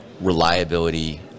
reliability